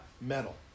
metal